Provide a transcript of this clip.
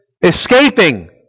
escaping